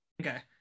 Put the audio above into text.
Okay